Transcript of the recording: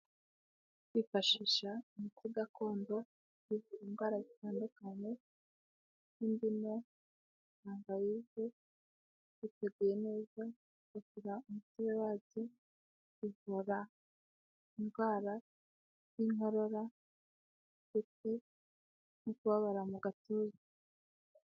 Kwifashisha umuti gakondo mu kwivura indwara zitandukanye, nk'indimu, tangawizi, biteguye neza, ukora umutobe wabyo ukuvura indwara nk'inkorora, umutwe no kubabara mu gatuza.